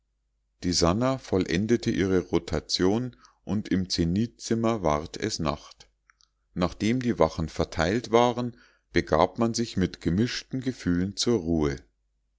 die sannah vollendete ihre rotation und im zenithzimmer ward es nacht nachdem die wachen verteilt waren begab man sich mit gemischten gefühlen zur ruhe